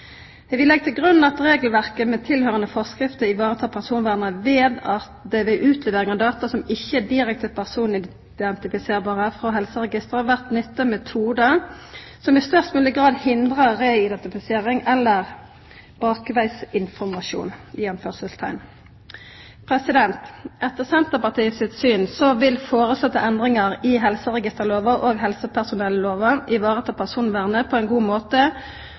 Vi legg til grunn at regelverket med tilhørande forskrifter varetek personvernet ved at det ved utlevering av data som ikkje er direkte personidentifiserande frå helseregistra, blir nytta metodar som i størst mogleg grad hindrar reidentifisering eller «bakveisinformasjon». Etter Senterpartiet sitt syn vil foreslåtte endringar i helseregisterlova og helsepersonellova vareta personvernet på ein god måte.